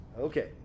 Okay